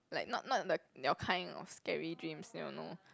like not not the your kind of scary dreams you know